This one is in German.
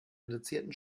reduzierten